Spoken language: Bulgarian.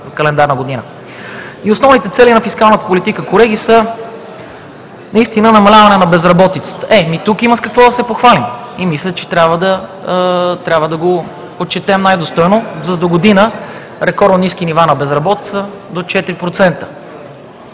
календарна година. Основните цели на фискалната политика, колеги, са наистина намаляване на безработицата. Е, и тук има с какво да се похвалим и мисля, че трябва да го отчетем най-достойно: за догодина рекордно ниски нива на безработицата – до 4%.